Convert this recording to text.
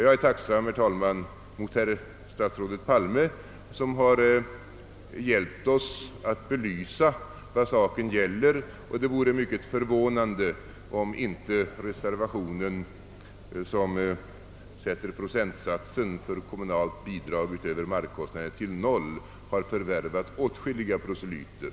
Jag är tacksam, herr talman, mot statsrådet Palme som hjälpt oss att belysa vad saken gäller. Det vore mycket förvånande om inte den reservation, där procentsatsen för kommunalt bidrag utöver markkostnader föreslås bli noll, med hr Palmes hjälp har förvärvat åtskilliga proselyter.